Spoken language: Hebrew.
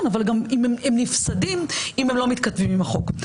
אבל הם נפסדים אם הם לא מתכתבים עם החוק.